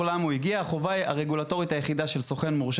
החובה הרגולטורית היחידה של הסוכן המורשה